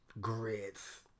Grits